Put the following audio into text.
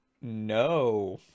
no